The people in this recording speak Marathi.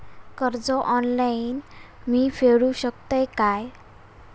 कर्ज ऑनलाइन मी फेडूक शकतय काय?